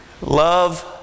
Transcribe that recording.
Love